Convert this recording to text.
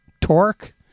Torque